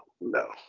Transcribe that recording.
no